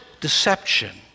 deception